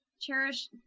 Cherish